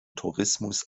tourismus